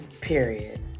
period